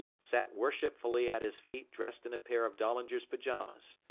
sat worshipfully at his feet dressed in a pair of dahlinger's pajamas.